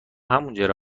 همینجوره